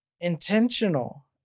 intentional